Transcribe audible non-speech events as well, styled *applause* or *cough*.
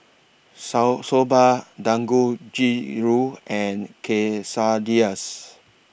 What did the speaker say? *unintelligible* Soba Dangojiru and Quesadillas